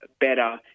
better